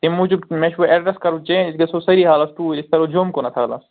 تَمہِ موٗجوٗب مےٚ چھُ وۅنۍ اٮ۪ڈرس کَرُن چینٛج أسۍ گَژھو سٲری حالس توٗرۍ أسۍ ترو جوٚم کُن حالا